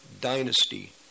Dynasty